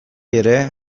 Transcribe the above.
ere